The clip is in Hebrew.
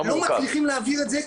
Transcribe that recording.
לא מצליחים להעביר את זה,